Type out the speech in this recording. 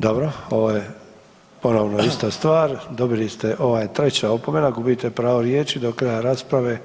Dobro, ovo je ponovno ista stvar, dobili ste ovo je treća opomena, gubite pravo riječi do kraja rasprave